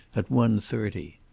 at one-thirty.